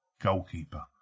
goalkeeper